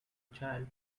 child